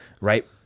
right